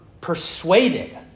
persuaded